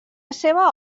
seva